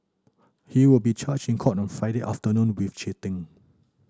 he will be charged in court on Friday afternoon with cheating